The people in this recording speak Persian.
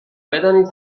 بدانید